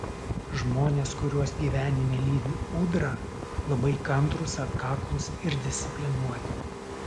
žmonės kuriuos gyvenime lydi ūdra labai kantrūs atkaklūs ir disciplinuoti